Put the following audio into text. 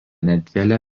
nedidelė